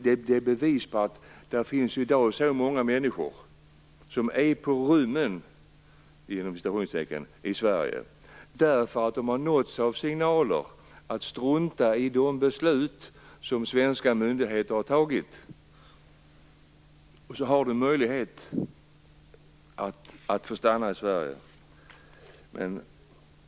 Det är bevis för att det i dag finns många människor som är "på rymmen" i Sverige därför att de har nåtts av signaler att strunta i de beslut som svenska myndigheter har fattat. Då har de möjlighet att få stanna i Sverige. Herr talman!